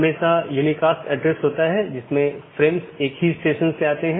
इसलिए हर कोई दुसरे को जानता है या हर कोई दूसरों से जुड़ा हुआ है